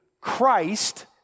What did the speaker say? Christ